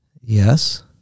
Yes